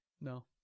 No